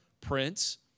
Prince